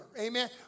Amen